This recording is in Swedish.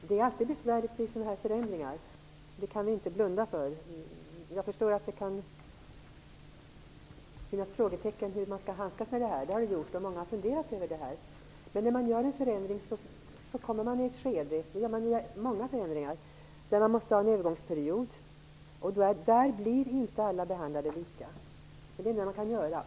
Fru talman! Det är alltid besvärligt vid förändringar. Det kan vi inte blunda för. Jag förstår att det kan finnas frågetecken när det gäller hur man skall handskas med detta. Det har det funnits, och många har funderat över frågan. När man genomför en förändring, och det gäller många förändringar, kan det finnas ett skede där måste man ha en övergångsperiod, och under den blir inte alla behandlade lika. Det är det enda man kan göra.